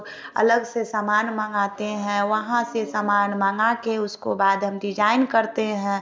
अलग से सामान मंगाते है वहाँ से सामान माँगा के उसको बाद हम डिजाईन करते हैं